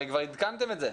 הרי כבר עדכנתם את זה.